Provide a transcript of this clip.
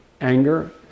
anger